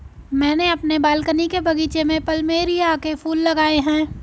मैंने अपने बालकनी के बगीचे में प्लमेरिया के फूल लगाए हैं